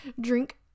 drink